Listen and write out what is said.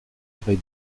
vraie